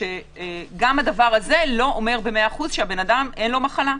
שגם הדבר הזה לא אומר ב-100% שלאדם הזה אין מחלה.